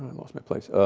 lost my place.